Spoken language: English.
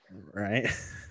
right